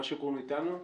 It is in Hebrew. נועה שוקרון איתנו?